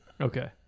Okay